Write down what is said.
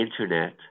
Internet